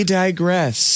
digress